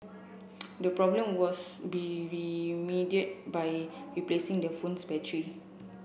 the problem was be remedied by replacing the phone's battery